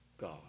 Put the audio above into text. God